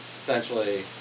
essentially